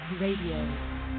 Radio